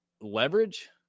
leverage